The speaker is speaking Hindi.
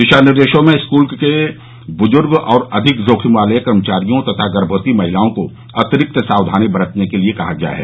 दिशा निर्देशों में स्कूल के बुजुर्ग और अधिक जोखिम वाले कर्मचारियों तथा गर्मवती महिलाओं को अतिरिक्त सावधानी बरतने के लिए कहा गया है